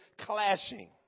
clashing